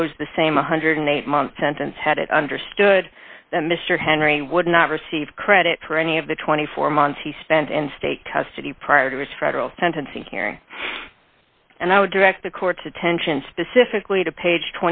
posed the same one hundred and eight month sentence had it understood that mr henry would not receive credit for any of the twenty four months he spent in state custody prior to his federal sentencing hearing and i would direct the court's attention specifically to page